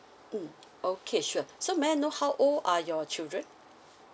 mm okay sure so may I know how old are your children